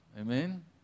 Amen